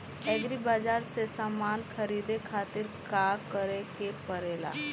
Agri बाज़ार से समान ख़रीदे खातिर का करे के पड़ेला?